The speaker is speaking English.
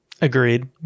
Agreed